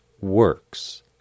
works